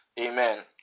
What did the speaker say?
amen